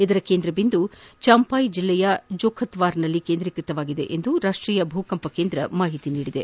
ಇದರ ಕೇಂದ್ರ ಬಿಂದು ಚಾಂಪಾಯಿ ಜಿಲ್ಲೆಯ ಜೊಖತ್ವಾರ್ನಲ್ಲಿ ಕೇಂದ್ರೀಕ್ಷತವಾಗಿದೆ ಎಂದು ರಾಷ್ಟೀಯ ಭೂಕಂಪನ ಕೇಂದ ತಿಳಿಸಿದೆ